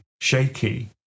shaky